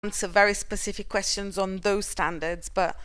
אני לא יכולה לעשות שאלות מאוד ספציפית על הסטנדורים האלה, אבל...